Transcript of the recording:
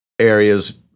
areas